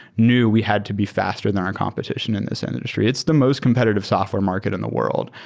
knew we had to be faster than our competition in this and industry. it's the most competitive software market in the world.